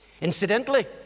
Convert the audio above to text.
Incidentally